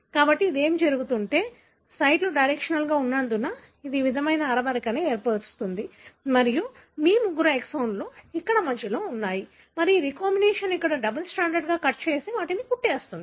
కాబట్టి ఏమి జరుగుతుందంటే సైట్లు డైరెక్షనల్గా ఉన్నందున ఇది ఈ విధమైన అమరికను ఏర్పరుస్తుంది మరియు మీ ముగ్గురు ఎక్సోన్లు ఇక్కడ మధ్యలో ఉన్నాయి మరియు రీకాంబినేస్ ఇక్కడ డబుల్ స్ట్రాండెడ్ కట్ చేసి వాటిని కుట్టిస్తుంది